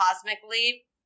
cosmically